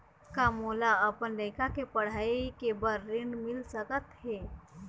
का मोला अपन लइका के पढ़ई के बर ऋण मिल सकत हे?